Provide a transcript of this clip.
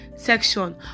section